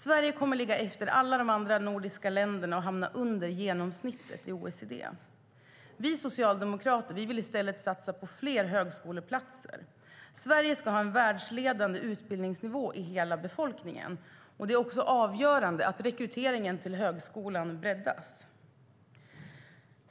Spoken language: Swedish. Sverige kommer att ligga efter alla de andra nordiska länderna och hamna under genomsnittet i OECD. Vi socialdemokrater vill i stället satsa på fler högskoleplatser. Sverige ska ha en världsledande utbildningsnivå i hela befolkningen. Det är också avgörande att rekryteringen till högskolan breddas.